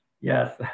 yes